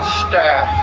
staff